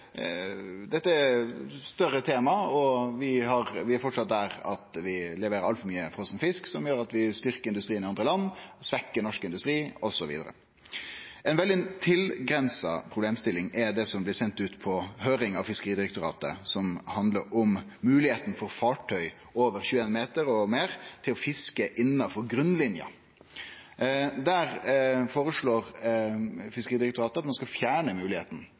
fortsatt der at vi leverer altfor mykje frosen fisk, som gjer at vi styrkjer industrien i andre land, svekkjer norsk industri, osv. Ei veldig tilgrensande problemstilling er det som blei sendt ut på høyring av Fiskeridirektoratet, som handlar om moglegheita for fartøy over 21 meter til å fiske innanfor grunnlinja. Der foreslår Fiskeridirektoratet at ein skal fjerne